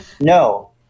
no